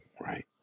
right